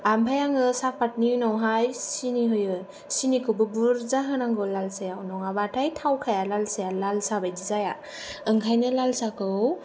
ओमफाय आङो साहापातनि उनावहाय सिनि होयो सिनिखौबो बुरजा होनांगौ लाल सायाव नङाब्लाथाय थावखाया लाल साया लाल सा बादि जाया ओंखायनो लाल साखौ